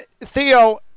Theo